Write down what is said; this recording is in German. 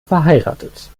verheiratet